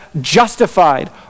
justified